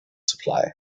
supply